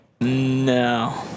No